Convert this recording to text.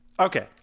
okay